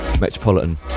Metropolitan